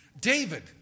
David